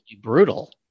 brutal